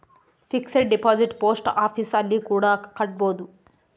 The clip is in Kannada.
ಫಿಕ್ಸೆಡ್ ಡಿಪಾಸಿಟ್ ಪೋಸ್ಟ್ ಆಫೀಸ್ ಅಲ್ಲಿ ಕೂಡ ಕಟ್ಬೋದು